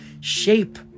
shape